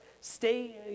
stay